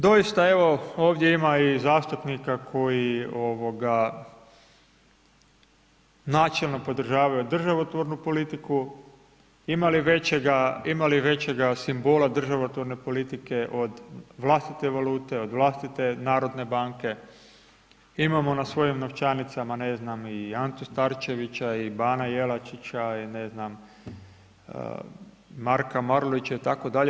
Doista, evo ovdje ima i zastupnika koji načelno podržavaju državotvornu politiku, ima li većega simbola državotvorne politike od vlastite valute, od vlastite Narodne banke, imamo na svojim novčanicama, ne znam i Antu Staričevića i bana Jelačića i ne znam, Marka Marulića itd.